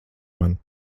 man